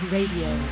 Radio